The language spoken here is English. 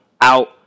out